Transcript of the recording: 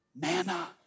Manna